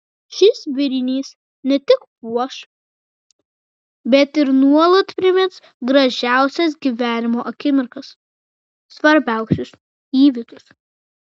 šis vėrinys ne tik puoš bet ir nuolat primins gražiausias gyvenimo akimirkas svarbiausius įvykius